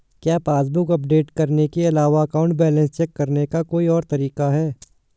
क्या passbook update करने के अलावा अकाउंट बैलेंस चेक करने का कोई और तरीका है?